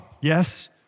Yes